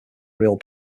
real